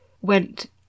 went